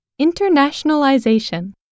internationalization